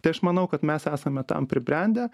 tai aš manau kad mes esame tam pribrendę